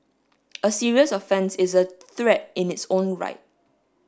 a serious offence is a threat in its own right